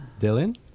Dylan